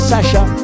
Sasha